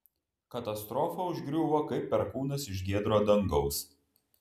katastrofa užgriuvo kaip perkūnas iš giedro dangaus